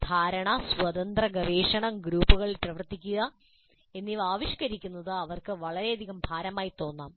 ധാരണ സ്വതന്ത്ര ഗവേഷണം ഗ്രൂപ്പുകളിൽ പ്രവർത്തിക്കുക എന്നിവ ആവിഷ്കരിക്കുന്നത് അവർക്ക് വളരെയധികം ഭാരമായി തോന്നാം